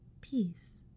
peace